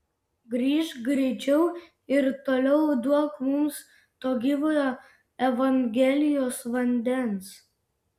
grįžk greičiau ir toliau duok mums to gyvojo evangelijos vandens